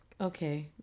okay